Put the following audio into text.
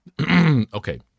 okay